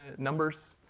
ah numbers,